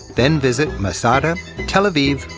then visit masada, and tel aviv,